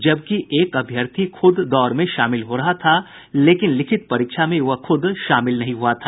जबकि एक अभ्यर्थी खुद दौड़ में शामिल हो रहा था लेकिन लिखित परीक्षा में वह खूद शामिल नहीं हुआ था